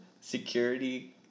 security